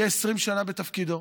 יהיה 20 שנה בתפקידו.